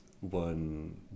one